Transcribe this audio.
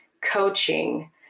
coaching